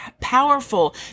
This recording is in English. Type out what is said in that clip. powerful